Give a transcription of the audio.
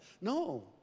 No